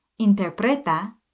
interpreta